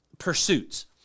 pursuits